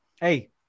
Hey